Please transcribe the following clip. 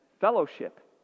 fellowship